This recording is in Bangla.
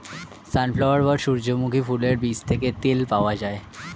সানফ্লাওয়ার বা সূর্যমুখী ফুলের বীজ থেকে তেল পাওয়া যায়